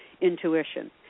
Intuition